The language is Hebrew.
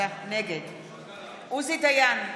נגד עוזי דיין,